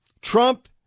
Trump